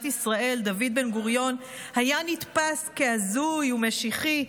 ישראל דוד בן-גוריון היה נתפס כהזוי וכמשיחי,